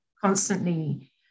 constantly